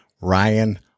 Ryan